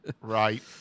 right